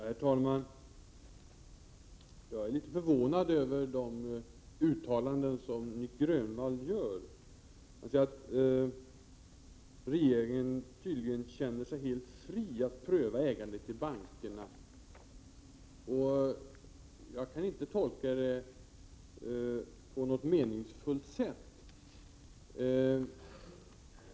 Herr talman! Jag är litet förvånad över de uttalanden som Nic Grönvall gör. Han säger att regeringen tydligen känner sig helt fri att pröva ägandet i bankerna. Jag kan inte tolka det på något meningsfullt sätt.